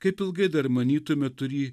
kaip ilgai dar manytume turį